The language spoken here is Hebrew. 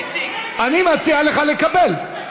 אני מציע לך לקבל.